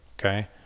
okay